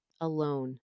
alone